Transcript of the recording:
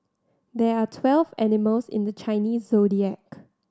there are twelve animals in the Chinese Zodiac